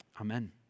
Amen